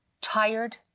tired